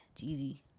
Jeezy